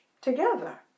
together